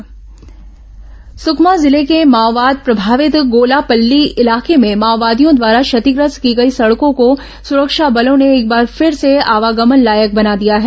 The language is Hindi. सुकमा सडक सुधार सुकमा जिले के माओवाद प्रभावित गोलापल्ली इलाके में माओवादियों द्वारा क्षतिग्रस्त की गई सड़कों को सुरक्षा बलों ने एक बार फिर से आवागमन लायक बना दिया है